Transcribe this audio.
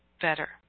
better